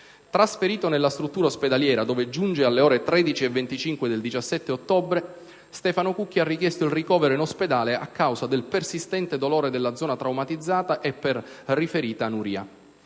Trasferito nella struttura ospedaliera, dove giunge alle ore 13,25 del 17 ottobre, Stefano Cucchi ha richiesto il ricovero in ospedale a causa del persistente dolore della zona traumatizzata e per riferita anuria.